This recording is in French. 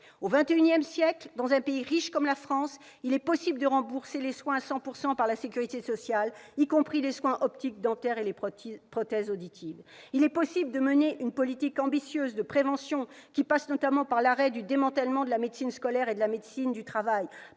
Au XXI siècle, dans un pays riche comme la France, il est possible que la sécurité sociale rembourse les soins à 100 %, y compris les soins optiques, dentaires et les prothèses auditives. Il est possible de mener une politique ambitieuse de prévention qui passe notamment par l'arrêt du démantèlement de la médecine scolaire et de la médecine du travail,